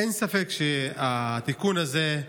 אין ספק שהתיקון הזה,